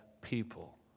people